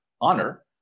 honor